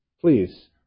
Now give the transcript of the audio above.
please